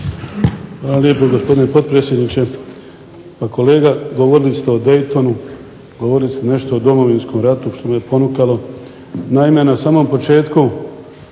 Hvala lijepo gospodine potpredsjedniče. Kolega govorili ste o Daytonu, govorili ste nešto o Domovinskom ratu što me ponukalo. Naime, na samom početku